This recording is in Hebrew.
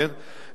כן,